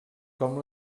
com